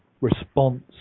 response